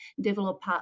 develop